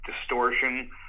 distortion